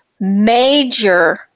major